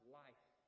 life